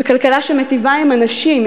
וכלכלה שמיטיבה עם אנשים,